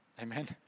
Amen